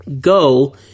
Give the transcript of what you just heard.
Go